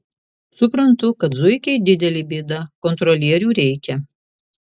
suprantu kad zuikiai didelė bėda kontrolierių reikia